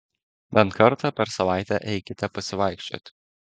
bent kartą per savaitę eikite pasivaikščioti